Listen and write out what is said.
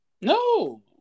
No